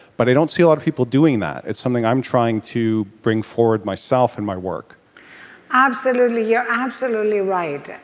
but i don't see a lot of people doing that. it's something i'm trying to bring forward myself and my work absolutely. you're absolutely right.